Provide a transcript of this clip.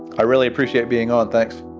i really appreciate being on. thanks.